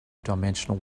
dimensional